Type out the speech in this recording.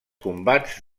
combats